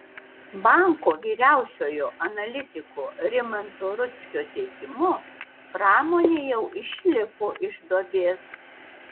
banko vyriausiojo analitiko rimanto rudzkio teigimu pramonė jau išlipo iš duobės